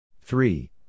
three